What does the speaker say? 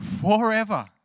forever